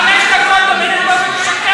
את חמש דקות עומדת פה ומשקרת.